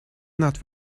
not